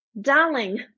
Darling